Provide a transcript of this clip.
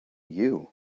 you